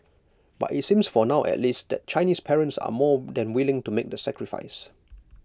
but IT seems for now at least that Chinese parents are more than willing to make the sacrifice